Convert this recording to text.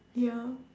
ya